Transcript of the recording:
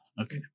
Okay